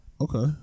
Okay